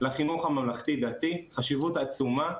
לחינוך הממלכתי דתי, חשיבות עצומה,